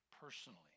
personally